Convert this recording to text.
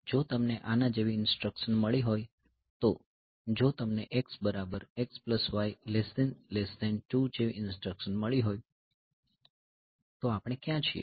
જો તમને આના જેવી ઇન્સટ્રકશન મળી હોય તો જો તમને x xy2 જેવી ઇન્સટ્રકશન મળી હોય તો આપણે ક્યાં છીએ